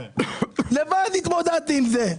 לבד התמודדתי עם זה.